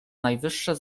najwyższe